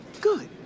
Good